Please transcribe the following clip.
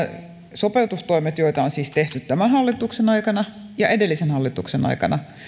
sopeutustoimet joita on siis tehty tämän hallituksen aikana ja edellisen hallituksen aikana